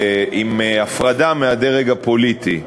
עם הפרדה מהדרג הפוליטי,